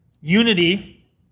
Unity